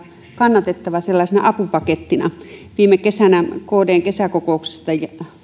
kannatettava sellaisena apupakettina jo viime kesänä kdn kesäkokouksesta